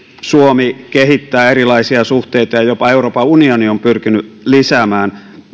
suomi kehittää erilaisia suhteita ja jopa euroopan unioni on pyrkinyt lisäämään